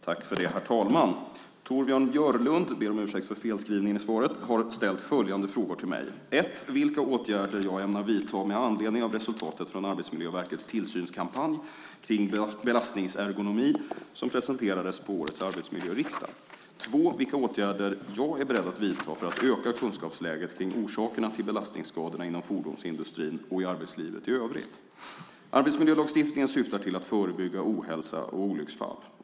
Herr talman! Torbjörn Björlund har ställt följande frågor till mig. 1. Vilka åtgärder ämnar jag vidta med anledning av resultatet från Arbetsmiljöverkets tillsynskampanj om belastningsergonomi som presenterades på årets arbetsmiljöriksdag? 2. Vilka åtgärder är jag beredd att vidta för att öka kunskapsläget om orsakerna till belastningsskadorna inom fordonsindustrin och i arbetslivet i övrigt? Arbetsmiljölagstiftningen syftar till att förebygga ohälsa och olycksfall.